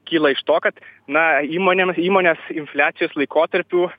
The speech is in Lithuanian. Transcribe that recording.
kyla iš to kad na įmonėm įmonės infliacijos laikotarpiu